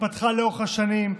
התפתחה לאורך השנים.